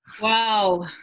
Wow